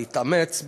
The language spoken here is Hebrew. להתאמץ,